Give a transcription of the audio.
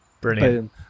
Brilliant